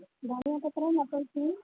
coriander leaves pea